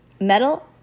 metal